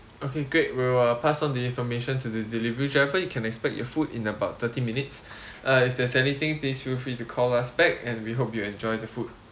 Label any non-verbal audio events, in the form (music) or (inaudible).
okay great we will pass on the information to the delivery driver you can expect your food in about thirty minutes (breath) uh if there's anything please feel free to call us back and we hope you enjoy the food